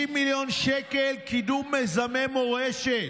50 מיליון שקל, קידום מיזמי מורשת,